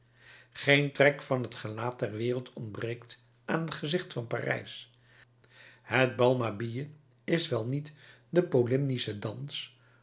geen trek van het gelaat der wereld ontbreekt aan het gezicht van parijs het bal mabille is wel niet de polymnische dans